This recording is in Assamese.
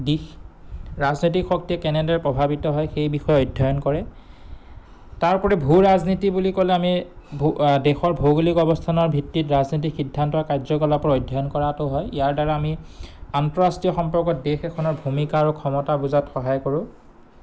দিশ ৰাজনীতিক শক্তিয়ে কেনেদৰে প্ৰভাৱিত হয় সেই বিষয়ে অধ্যয়ন কৰে তাৰপৰি ভূ ৰাজনীতি বুলি ক'লে আমি দেশৰ ভৌগোলিক অৱস্থানৰ ভিত্তিত ৰাজনীতিক সিদ্ধান্ত আৰু কাৰ্যকলালাপ অধ্যয়ন কৰাটো হয় ইয়াৰ দ্বাৰা আমি আন্তঃৰাষ্ট্ৰীয় সম্পৰ্কত দেশ এখনৰ ভূমিকা আৰু ক্ষমতা বুজাত সহায় কৰোঁ